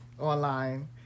online